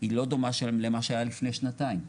היא לא דומה למה שהיה לפני שנתיים.